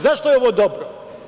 Zašto je ovo dobro?